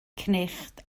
cnicht